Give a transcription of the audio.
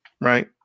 Right